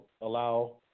allow